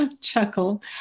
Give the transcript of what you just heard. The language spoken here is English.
chuckle